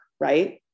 right